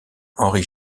henri